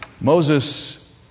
Moses